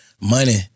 money